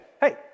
hey